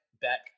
back